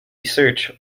search